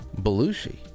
Belushi